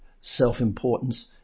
self-importance